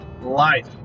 Life